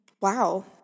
wow